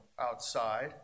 outside